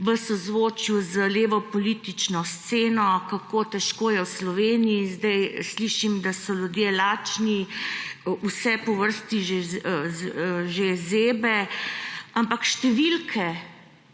v sozvočju z levo politično sceno, kako težko je v Sloveniji. Zdaj slišim, da so ljudje lačni, vse povrsti že zebe, ampak številke,